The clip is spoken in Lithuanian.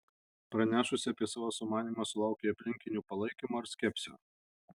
pranešusi apie savo sumanymą sulaukei aplinkinių palaikymo ar skepsio